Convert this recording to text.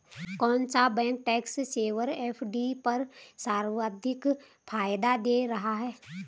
कौन सा bank tax saver FD पर सर्वाधिक फायदा दे रहा है?